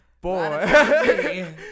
boy